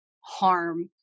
harm